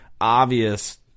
obvious